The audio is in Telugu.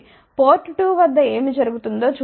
పోర్ట్ 2 వద్ద ఏమి జరుగుతుందో చూద్దాం